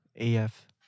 AF